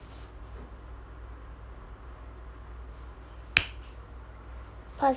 pos~